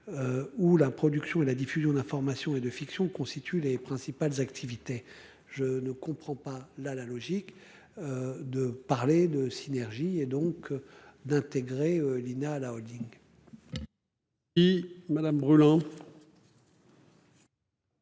Ou la production et la diffusion d'informations et de fiction constituent les principales activités, je ne comprends pas la la logique. De parler de synergies et donc d'intégrer l'INA. La Holding. Madame brûlant.